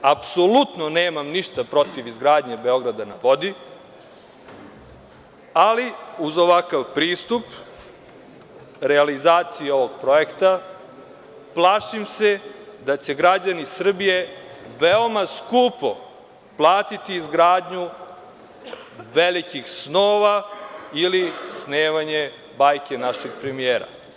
Apsolutno nemam ništa protiv izgradnje „Beograda na vodi“, ali uz ovakav pristup realizaciji ovog projekta plašim se da će građani Srbije veoma skupo platiti izgradnju velikih snova ili snevanje bajke našeg premijera.